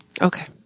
Okay